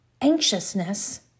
anxiousness